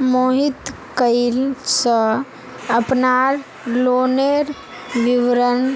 मोहित कइल स अपनार लोनेर विवरण